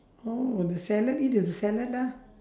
oh the salad eat as a salad lah